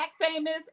Famous